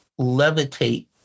levitate